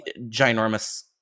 ginormous